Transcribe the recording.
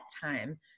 time